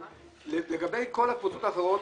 לגבי כל הקבוצות האחרות